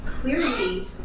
clearly